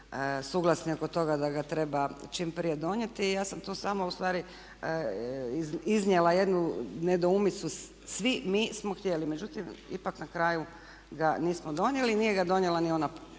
suglasni oko toga da ga treba čim prije donijeti. Ja sam tu samo ustvari iznijela jednu nedoumicu. Svi mi smo htjeli, međutim ipak na kraju ga nismo donijeli, nije ga donijela ni ona